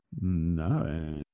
No